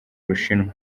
bushinwa